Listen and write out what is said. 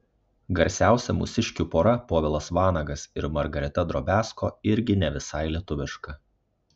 garsiausia mūsiškių pora povilas vanagas ir margarita drobiazko irgi ne visai lietuviška